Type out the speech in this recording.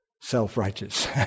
self-righteous